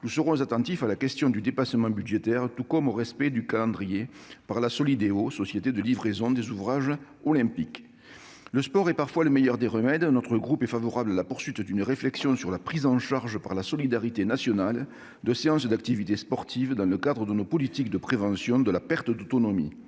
Nous serons attentifs à la question du dépassement budgétaire, tout comme au respect du calendrier par la Solideo. Le sport est parfois le meilleur des remèdes. Notre groupe est favorable à la poursuite d'une réflexion sur la prise en charge par la solidarité nationale de séances d'activité sportive dans le cadre de nos politiques de prévention de la perte d'autonomie.